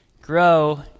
Grow